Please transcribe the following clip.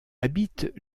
habite